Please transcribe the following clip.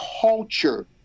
culture